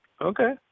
Okay